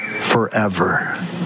forever